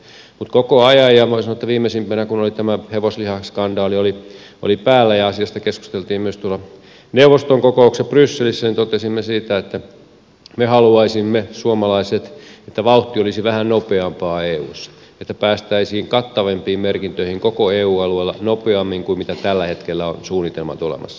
mutta koko ajan on viety eteenpäin ja voi sanoa että viimeisimpänä kun oli tämä hevoslihaskandaali päällä ja asiasta keskusteltiin myös tuolla neuvoston kokouksessa brysselissä totesimme siitä että me haluaisimme suomalaiset että vauhti olisi vähän nopeampaa eussa että päästäisiin kattavampiin merkintöihin koko eu alueella nopeammin kuin mitä tällä hetkellä on suunnitelmat olemassa